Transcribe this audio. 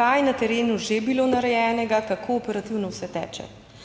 kaj je na terenu že bilo narejenega, kako operativno vse teče.